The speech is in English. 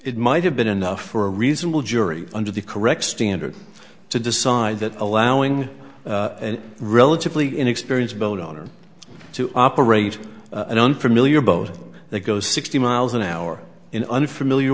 it might have been enough for a reasonable jury under the correct standard to decide that allowing an relatively inexperienced boat owner to operate an unfamiliar boat that goes sixty miles an hour in unfamiliar